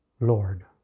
Lord